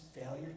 failure